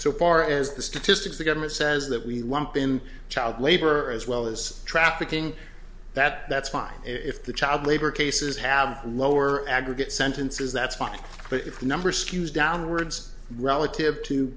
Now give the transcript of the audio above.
so far as the statistics the government says that we lump in child labor as well as trafficking that that's fine if the child labor cases have lower aggregate sentences that's fine but if the number skews downwards relative to